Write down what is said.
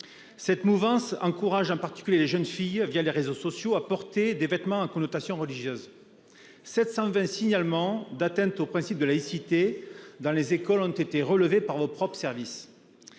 Cette mouvance encourage en particulier les jeunes filles, les réseaux sociaux, à porter des vêtements à connotation religieuse. Déjà, 720 signalements d'atteintes aux principes de laïcité dans les écoles ont été effectués par vos propres services.